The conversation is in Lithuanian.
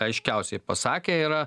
aiškiausiai pasakę yra